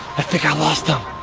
i think i lost them.